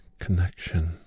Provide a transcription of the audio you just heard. connection